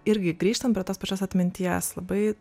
irgi grįžtant prie tos pačios atminties labai